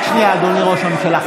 רק שנייה, אדוני ראש הממשלה.